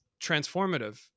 transformative